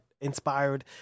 inspired